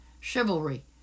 chivalry